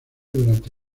durante